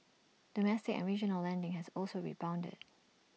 domestic and regional lending has also rebounded